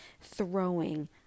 throwing